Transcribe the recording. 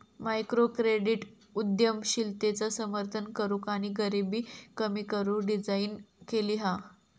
microcredit उद्यमशीलतेचा समर्थन करूक आणि गरीबी कमी करू डिझाईन केली हा